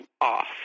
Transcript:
off